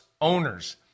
owners